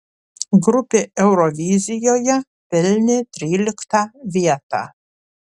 grupė eurovizijoje pelnė tryliktą vietą